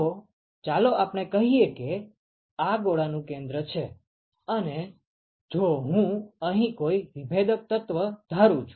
તો ચાલો આપણે કહીએ કે આ ગોળા નું કેન્દ્ર છે અને જો હું અહીં કોઈ વિભેદક તત્વ ધારું છું